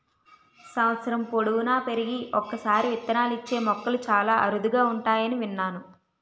సంవత్సరం పొడువునా పెరిగి ఒక్కసారే విత్తనాలిచ్చే మొక్కలు చాలా అరుదుగా ఉంటాయని విన్నాను